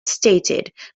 stated